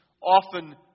often